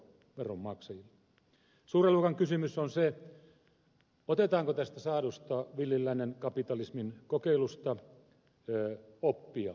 suuren luokan kysymys on se otetaanko tästä saadusta villin lännen kapitalismin kokeilusta oppia